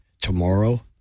tomorrow